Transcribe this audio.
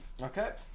okay